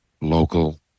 local